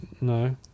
No